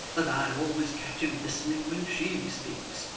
that i always catch him listening when she speaks,